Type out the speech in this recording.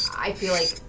i feel like